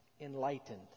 enlightened